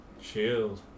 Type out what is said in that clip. Shield